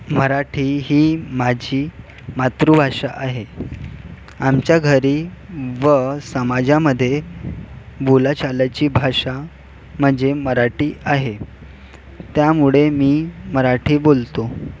मराठी ही माझी मातृभाषा आहे आमच्या घरी व समाजामध्ये बोलाचालाची भाषा म्हणजे मराठी आहे त्यामुळे मी मराठी बोलतो